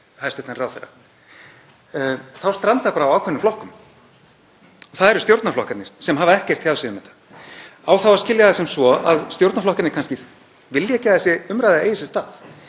hæstv. ráðherra. Þá strandar bara á ákveðnum flokkum. Það eru stjórnarflokkarnir sem hafa ekkert tjáð sig um þetta. Á þá að skilja það sem svo að stjórnarflokkarnir vilji ekki að þessi umræða eigi sér stað?